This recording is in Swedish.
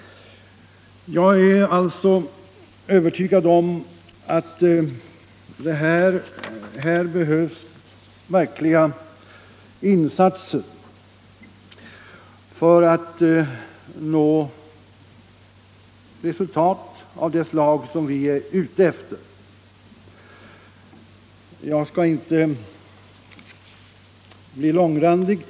Jag är alltså övertygad om att här behövs kraftfulla insatser för att nå resultat av det slag vi är ute efter. Jag skall inte bli långrandig.